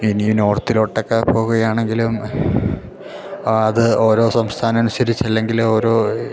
ഇനി നോർത്തിലോട്ടൊക്കെ പോകുകയാണെങ്കിലും അത് ഓരോ സംസ്ഥാനമനുസരിച്ചല്ലെങ്കിൽ ഓരോ